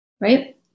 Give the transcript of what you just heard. right